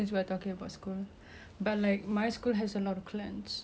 since we're talking about school but like my school has a lot of clans